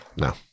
no